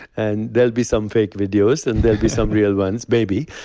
and there'll be some fake videos and there'll be some real ones maybe.